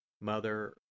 Mother